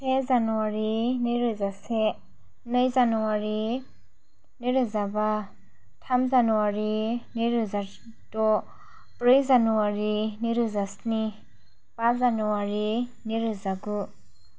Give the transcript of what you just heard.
से जानुवारि नैरोजा से नै जानुवारि नैरोजा बा थाम जानुवारि नैरोजा जिद' ब्रै जानुवारि नैरोजा स्नि बा जानुवारि नैरोजा गु